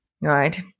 right